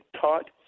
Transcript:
taught